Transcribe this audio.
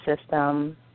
system